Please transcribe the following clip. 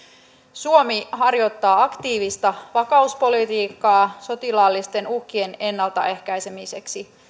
suomi harjoittaa aktiivista vakauspolitiikkaa sotilaallisten uhkien ennalta ehkäisemiseksi